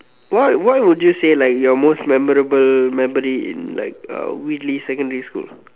what what would you say like your most memorable memory in like uh Whitley Secondary School